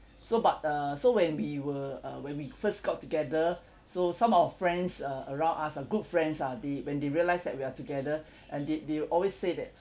so but err so when we were uh when we first got together so some of our friends uh around us uh good friends ah they when they realised that we are together and they they always say that